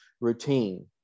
routine